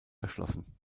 erschlossen